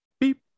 beep